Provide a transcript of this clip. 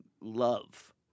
love